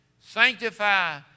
Sanctify